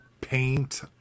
paint